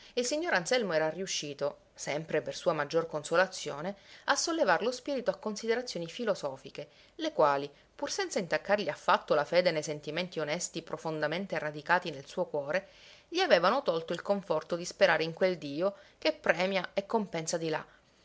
il signor anselmo era riuscito sempre per sua maggior consolazione a sollevar lo spirito a considerazioni filosofiche le quali pur senza intaccargli affatto la fede nei sentimenti onesti profondamente radicati nel suo cuore gli avevano tolto il conforto di sperare in quel dio che premia e compensa di là